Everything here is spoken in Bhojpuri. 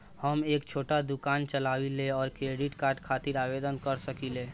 हम एक छोटा दुकान चलवइले और क्रेडिट कार्ड खातिर आवेदन कर सकिले?